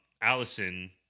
Allison